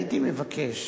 הייתי מבקש